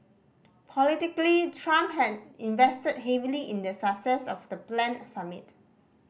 politically Trump had invested heavily in the success of the planned summit